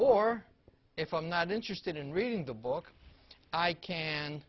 or if i'm not interested in reading the book i can